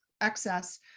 excess